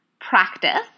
practice